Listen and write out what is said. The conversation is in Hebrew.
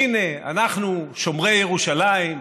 הינה אנחנו שומרי ירושלים,